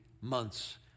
months